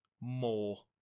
more